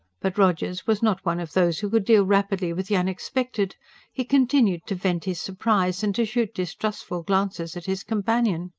but rogers was not one of those who could deal rapidly with the unexpected he continued to vent his surprise, and to shoot distrustful glances at his companion.